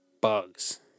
bugs